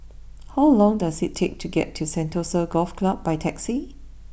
how long does it take to get to Sentosa Golf Club by taxi